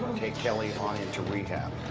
take kelly on into rehab.